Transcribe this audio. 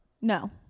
No